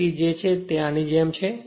ગતિ જે છે તે આની જેમ છે